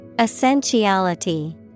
Essentiality